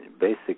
basic